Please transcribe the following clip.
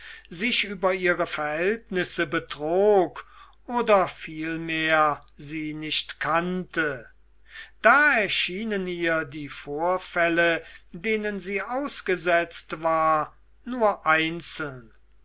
sich über ihre verhältnisse betrog oder vielmehr sie nicht kannte da erschienen ihr die vorfälle denen sie ausgesetzt war nur einzeln